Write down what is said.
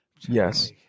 Yes